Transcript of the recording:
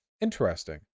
Interesting